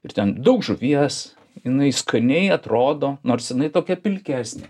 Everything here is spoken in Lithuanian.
ir ten daug žuvies jinai skaniai atrodo nors jinai tokia pilkesnė